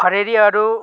खडेरीहरू